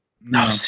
No